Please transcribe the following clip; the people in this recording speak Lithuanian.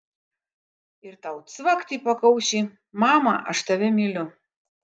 ir tau cvakt į pakaušį mama aš tave myliu